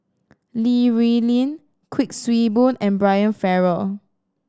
Li Rulin Kuik Swee Boon and Brian Farrell